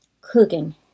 cooking